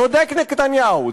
צודק נתניהו,